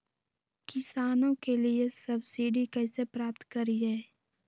किसानों के लिए सब्सिडी कैसे प्राप्त करिये?